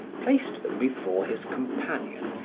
placed them before his companion,